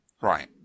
Right